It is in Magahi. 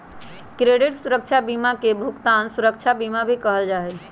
क्रेडित सुरक्षा बीमा के भुगतान सुरक्षा बीमा भी कहल जा हई